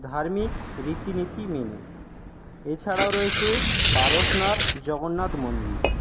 ধার্মিক রীতিনীতি মেনে এছাড়াও রয়েছে পারশনাথ জগন্নাথ মন্দির